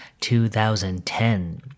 2010